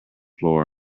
floor